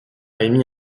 émis